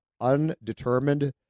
undetermined